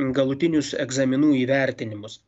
galutinius egzaminų įvertinimus